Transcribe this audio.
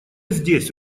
здесь